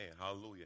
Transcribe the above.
hallelujah